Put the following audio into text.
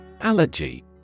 Allergy